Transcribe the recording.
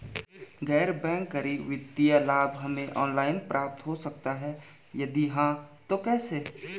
गैर बैंक करी वित्तीय लाभ हमें ऑनलाइन प्राप्त हो सकता है यदि हाँ तो कैसे?